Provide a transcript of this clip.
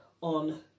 on